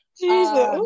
Jesus